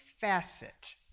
facet